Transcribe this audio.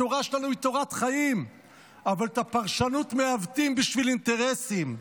התורה שלנו היא תורת חיים אבל את הפרשנות מעוותים בשביל אינטרסים.